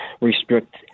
restrict